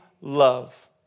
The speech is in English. love